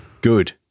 Good